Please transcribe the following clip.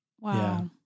Wow